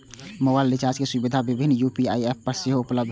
mobile recharge के सुविधा विभिन्न यू.पी.आई एप पर सेहो उपलब्ध होइ छै